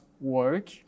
work